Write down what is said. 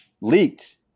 leaked